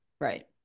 right